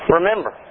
Remember